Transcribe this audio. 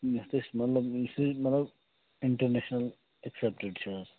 یَتھ أسۍ مطلب یُس أسۍ مطلب انٹرنیشنل ایٚکسیٚپٹڈ چھُ حظ